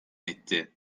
etti